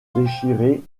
déchiré